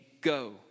go